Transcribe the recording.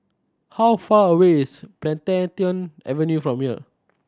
how far away is Plantation Avenue from here